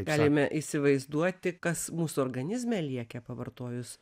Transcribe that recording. galime įsivaizduoti kas mūsų organizme liekia pavartojus